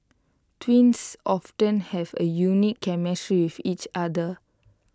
twins often have A unique chemistry with each other